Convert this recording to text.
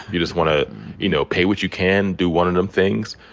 you just wanna, you know, pay what you can, do one of them things.